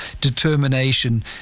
determination